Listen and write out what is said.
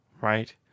Right